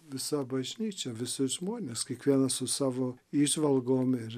visa bažnyčia visi žmonės kiekvienas su savo įžvalgom ir